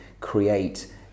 create